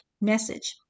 message